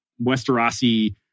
Westerosi